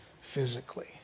physically